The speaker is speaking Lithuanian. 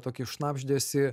tokį šnabždesį